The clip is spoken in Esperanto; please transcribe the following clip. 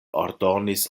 ordonis